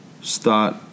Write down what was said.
start